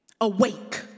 awake